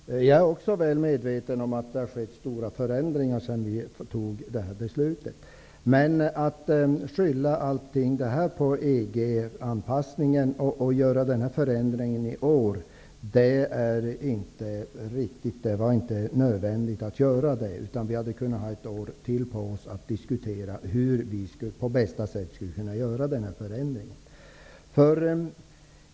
Herr talman! Jag är väl medveten om att det har skett förändringar sedan vi fattade beslutet. Men att skylla allt på EG-anpassningen och att göra denna förändring redan i år är inte riktigt. Det var inte nödvändigt. Vi kunde ha haft ett år till på oss för att diskutera hur vi på bästa sätt skulle kunna göra den här förändringen.